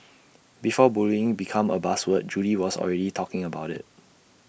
before bullying become A buzz word Judy was already talking about IT